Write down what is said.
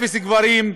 אפס גברים,